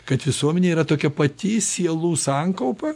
kad visuomenė yra tokia pati sielų sankaupa